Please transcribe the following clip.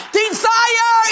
Desire